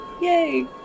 Yay